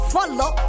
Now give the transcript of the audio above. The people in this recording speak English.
Follow